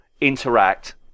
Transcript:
interact